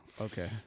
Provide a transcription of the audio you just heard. Okay